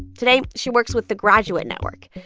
today, she works with the graduate! network,